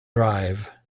drive